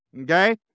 Okay